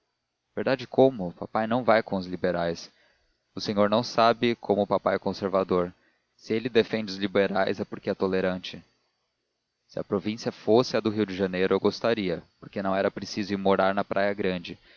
verdade como papai não vai com liberais o senhor não sabe como papai é conservador se ele defende os liberais é porque é tolerante se a província fosse a do rio de janeiro eu gostaria porque não era preciso ir morar na praia grande